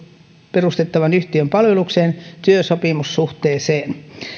perustettavan yhtiön palvelukseen työsopimussuhteeseen